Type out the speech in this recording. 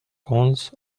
cons